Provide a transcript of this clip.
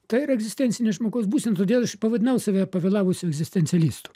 tai yra egzistencinė žmogaus būsena todėl aš pavadinau save pavėlavusiu egzistencialistu